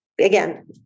again